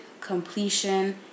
completion